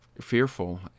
fearful